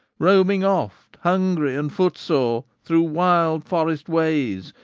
roaming oft hungry and footsore through wild forest ways,